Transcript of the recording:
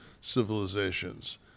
civilizations